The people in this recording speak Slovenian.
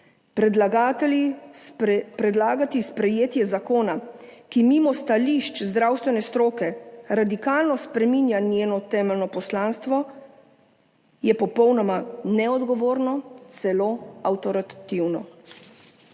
Predlagati sprejetje zakona, ki mimo stališč zdravstvene stroke radikalno spreminja njeno temeljno poslanstvo, je popolnoma neodgovorno, celo avtoritativno.